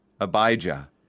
Abijah